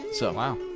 Wow